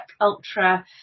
ultra